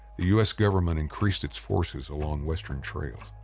the u s. government increased its forces along western trails,